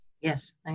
Yes